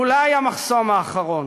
אולי המחסום האחרון.